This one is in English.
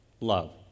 love